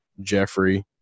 Jeffrey